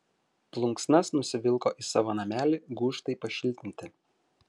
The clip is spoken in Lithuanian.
plunksnas nusivilko į savo namelį gūžtai pašiltinti